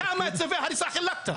כמה צווי הריסה חילקת.